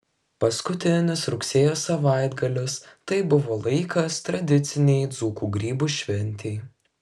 paskutinis rugsėjo savaitgalis tai buvo laikas tradicinei dzūkų grybų šventei